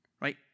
right